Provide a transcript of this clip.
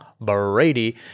Brady